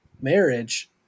marriage